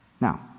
now